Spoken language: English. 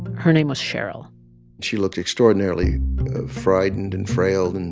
her name was cheryl she looked extraordinarily frightened and frail and